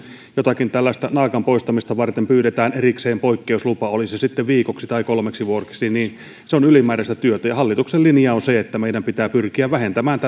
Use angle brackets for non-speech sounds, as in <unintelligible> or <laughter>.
jotakin tällaista naakanpoistamista varten pyydetään erikseen poikkeuslupa oli se sitten viikoksi tai kolmeksi vuodeksi niin se on ylimääräistä työtä hallituksen linja on se että meidän pitää pyrkiä vähentämään <unintelligible>